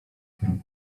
okropnie